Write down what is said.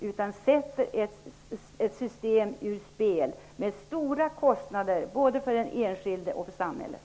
Man sätter ett system ur spel, vilket medför stora kostnader både för den enskilde och för samhället.